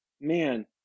man